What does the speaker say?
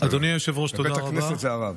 בבית הכנסת זה "הרב".